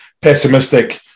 pessimistic